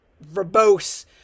verbose